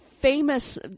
famous